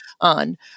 on